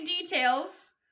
details